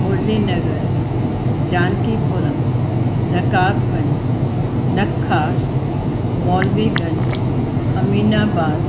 Murli Nagar Jankipuram Rakabganj Nakhas Maulviganj Aminabad